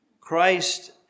Christ